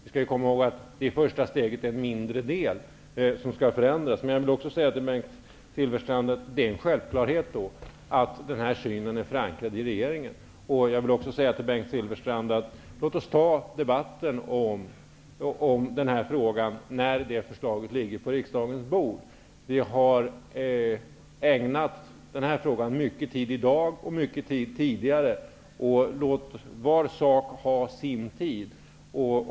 I första steget är det endast en mindre del som skall förändras. Självfallet är denna syn förankrad i regeringen. Låt oss ta debatten om denna fråga när det förslaget ligger på riksdagens bord. Vi har i dag och tidigare ägnat denna fråga mycken tid. Låt var sak ha sin tid.